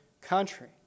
country